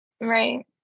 right